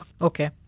Okay